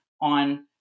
on